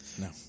No